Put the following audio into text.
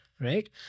right